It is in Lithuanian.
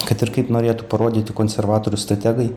kad ir kaip norėtų parodyti konservatorių strategai